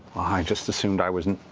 i just assumed i wasn't